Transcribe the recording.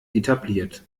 etabliert